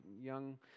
young